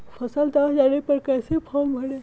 फसल दह जाने पर कैसे फॉर्म भरे?